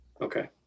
Okay